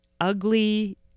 ugly